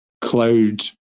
cloud